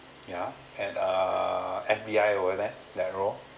yeah and err F_B_I over there that role